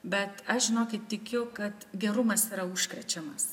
bet aš žinokit tikiu kad gerumas yra užkrečiamas